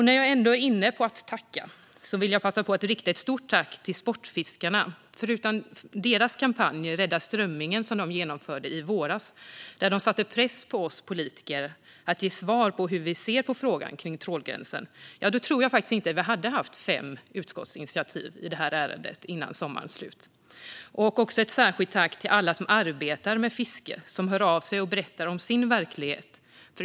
När jag ändå är inne på att tacka vill jag passa på att rikta ett stort tack till Sportfiskarna. Utan deras kampanj, Rädda strömmingen, som de genomförde i våras då de satte press på oss politiker att ge svar på hur vi ser på frågan om trålgränsen, tror jag faktiskt inte att vi hade haft fem utskottsinitiativ i detta ärende före sommarens slut. Jag vill också rikta ett särskilt tack till alla er som arbetar med fiske och som hör av er och berättar om er verklighet.